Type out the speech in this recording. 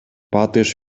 батыш